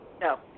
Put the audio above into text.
No